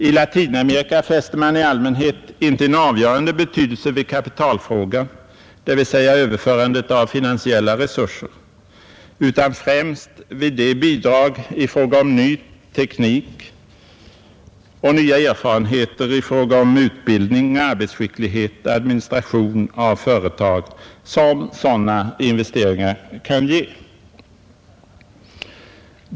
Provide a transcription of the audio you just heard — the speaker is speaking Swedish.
I Latinamerika fäste man i allmänhet inte en avgörande betydelse vid kapitalfrågan, dvs. överförandet av finansiella resurser, utan främst vid de bidrag i form av ny teknik och nya erfarenheter i fråga om utbildning, arbetsskicklighet och administration av företag som sådana investeringar kan ge.